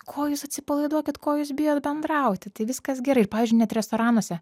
ko jūs atsipalaiduokit ko jūs bijot bendrauti tai viskas gerai ir pavyzdžiui net restoranuose